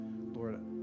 Lord